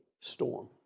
storm